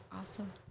awesome